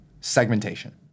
segmentation